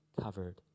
covered